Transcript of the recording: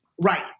Right